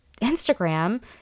Instagram